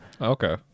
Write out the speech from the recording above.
Okay